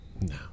No